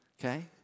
okay